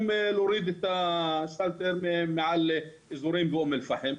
להוריד את השלטר מעל אזורים באום אל פחם.